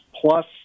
plus